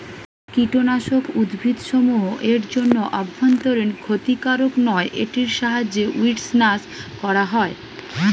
কীটনাশক উদ্ভিদসমূহ এর জন্য অভ্যন্তরীন ক্ষতিকারক নয় এটির সাহায্যে উইড্স নাস করা হয়